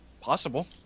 Possible